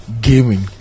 gaming